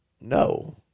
No